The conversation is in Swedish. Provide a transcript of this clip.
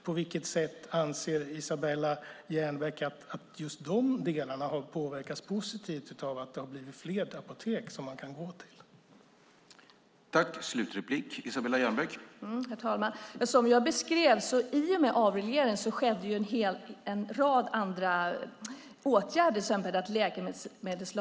På vilket sätt anser Isabella Jernbeck att just dessa delar har påverkats positivt av att det har blivit fler apotek som man kan gå till?